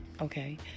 Okay